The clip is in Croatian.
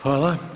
Hvala.